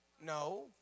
no